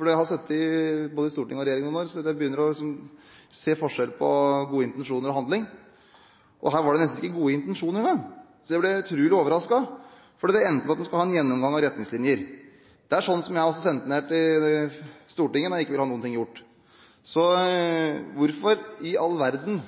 Jeg har sittet i både storting og regjering noen år, og jeg begynner å se forskjell på gode intensjoner og handling. Her var det nesten ikke gode intensjoner engang. Så jeg ble utrolig overrasket, for det endte med at man skulle ha en gjennomgang av retningslinjer. Det er slik som jeg også sendte til Stortinget når jeg ikke ville ha noe gjort. Hvorfor i all verden